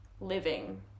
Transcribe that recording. living